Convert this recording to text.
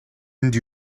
энд